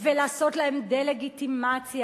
ולעשות להם דה-לגיטימציה,